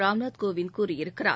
ராம்நாத் கோவிந்த் கூறியிருக்கிறார்